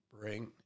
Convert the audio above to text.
bring